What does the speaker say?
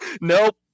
Nope